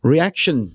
Reaction